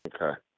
Okay